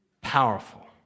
Powerful